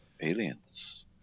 aliens